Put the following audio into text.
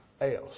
else